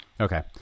Okay